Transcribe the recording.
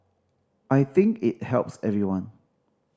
I think it helps everyone